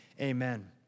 amen